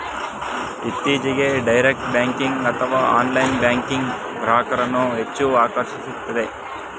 ಇತ್ತೀಚೆಗೆ direct banking ಅಥವಾ online banking ಗ್ರಾಹಕರನ್ನು ಹೆಚ್ಚು ಆಕರ್ಷಿಸುತ್ತಿದೆ